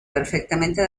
perfectamente